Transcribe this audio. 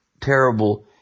terrible